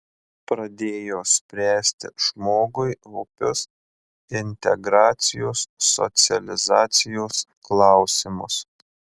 pradėjo spręsti žmogui opius integracijos socializacijos klausimus